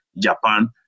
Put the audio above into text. Japan